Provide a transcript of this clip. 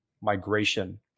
migration